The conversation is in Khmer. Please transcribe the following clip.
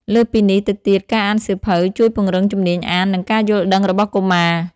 លើសពីនេះទៅទៀតការអានសៀវភៅជួយពង្រឹងជំនាញអាន និងការយល់ដឹងរបស់កុមារ។